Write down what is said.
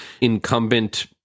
incumbent